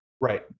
right